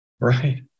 right